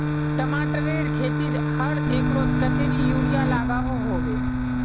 टमाटरेर खेतीत हर एकड़ोत कतेरी यूरिया लागोहो होबे?